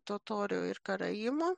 totorių ir karaimų